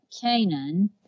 Canaan